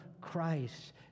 Christ